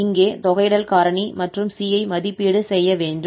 இங்கே தொகையிடல் காரணி மற்றும் c ஐ மதிப்பீடு செய்ய வேண்டும்